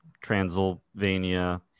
Transylvania